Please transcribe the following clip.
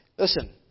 Listen